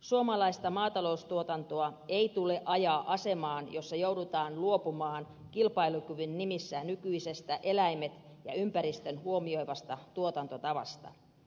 suomalaista maataloustuotantoa ei tule ajaa asemaan jossa joudutaan luopumaan kilpailukyvyn nimissä nykyisestä eläimet ja ympäristön huomioivasta tuotantotavasta